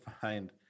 find